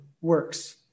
works